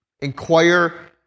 inquire